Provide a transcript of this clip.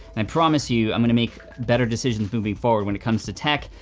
and promise you i'm gonna make better decisions moving forward when it comes to tech,